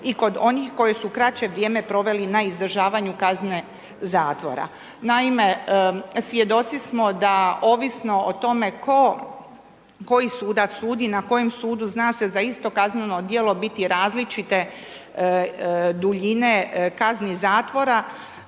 i kod onih koji su kraće vrijeme proveli na izdržavanju kazne zatvora. Naime, svjedoci smo da ovisno o tome koji sudac sudi, na kojem sudu, zna se za isto kazneno djelo biti različite duljine kazni zatvora.